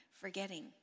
forgetting